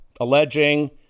alleging